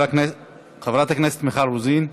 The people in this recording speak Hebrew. חברת הכנסת מיכל רוזין,